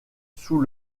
sous